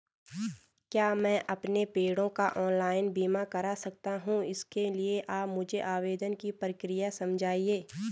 क्या मैं अपने पेड़ों का ऑनलाइन बीमा करा सकता हूँ इसके लिए आप मुझे आवेदन की प्रक्रिया समझाइए?